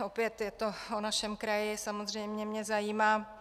Opět je to o našem kraji, samozřejmě mě zajímá.